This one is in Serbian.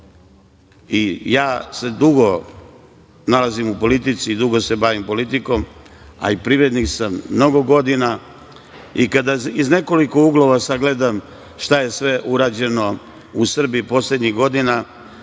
Ja se dugo nalazim u politici, dugo se bavim politikom, a i privrednik sam mnogo godina i kada iz nekoliko uglova sagledam šta je sve urađeno u Srbiji poslednjih godina